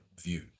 view